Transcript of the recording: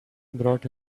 brought